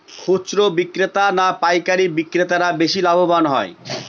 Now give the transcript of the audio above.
খুচরো বিক্রেতা না পাইকারী বিক্রেতারা বেশি লাভবান হয়?